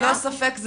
ספק.